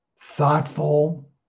thoughtful